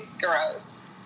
gross